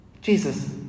Jesus